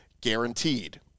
guaranteed